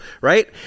Right